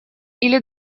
или